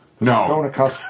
No